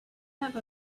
have